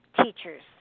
teachers